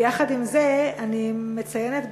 יחד עם זה, אני מציינת בצער,